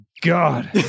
God